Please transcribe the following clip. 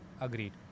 Agreed